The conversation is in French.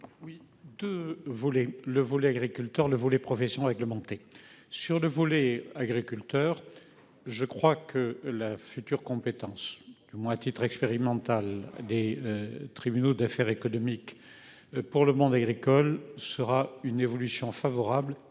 Oui 2 volets, le volet agriculteurs le volet professions réglementées sur deux volets, agriculteur. Je crois que la future compétence, du moins à titre expérimental des tribunaux d'affaires économiques. Pour le monde agricole sera une évolution favorable,